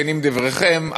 כנים דבריכם,